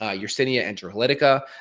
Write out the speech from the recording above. ah yersinia enterocolitica,